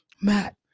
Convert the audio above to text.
Matt